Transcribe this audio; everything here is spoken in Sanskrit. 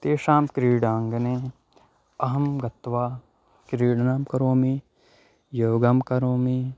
तेषां क्रीडाङ्गने अहं गत्वा क्रीडनं करोमि योगं करोमि